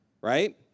right